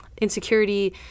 insecurity